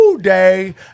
day